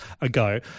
ago